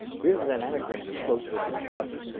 here's the dynamic range of floats versus posits.